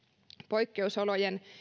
poikkeusolojen